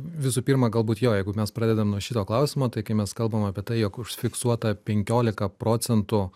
visų pirma galbūt jo jeigu mes pradedam nuo šito klausimo tai kai mes kalbam apie tai jog užfiksuota penkiolika procentų